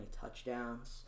touchdowns